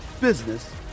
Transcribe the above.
business